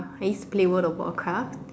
I used to play world-of-warcraft